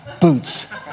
boots